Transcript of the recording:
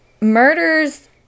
murders